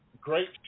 great